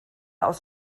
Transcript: aus